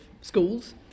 schools